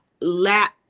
let